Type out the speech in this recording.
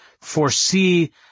foresee